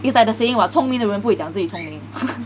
is that the saying [what] 聪明的人不会讲自己聪明